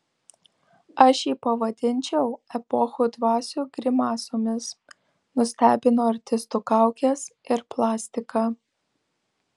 aš jį pavadinčiau epochų dvasių grimasomis nustebino artistų kaukės ir plastika